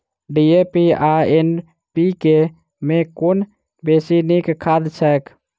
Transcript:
DAP आ NPK मे कुन बेसी नीक खाद छैक?